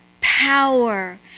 power